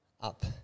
up